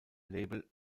label